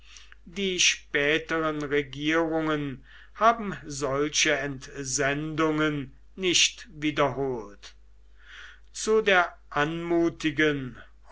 die späteren regierungen haben solche entsendungen nicht wiederholt zu der anmutigen